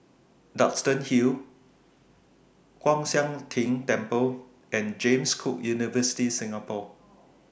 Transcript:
Duxton Hill Kwan Siang Tng Temple and James Cook University Singapore